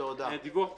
דיווח תקופתי,